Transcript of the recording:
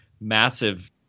massive